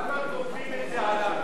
למה כופים את זה עליו,